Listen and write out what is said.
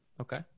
Okay